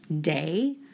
day